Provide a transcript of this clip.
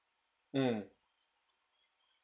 mm